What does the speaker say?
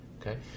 okay